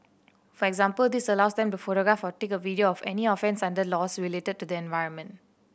for example this allows them to photograph or take a video of any offence under laws related to the environment